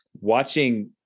watching